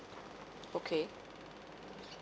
okay